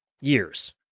Years